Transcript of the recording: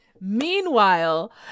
Meanwhile